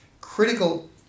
Critical